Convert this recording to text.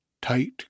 Tight